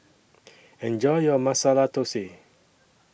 Enjoy your Masala Dosa